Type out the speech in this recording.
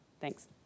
Thanks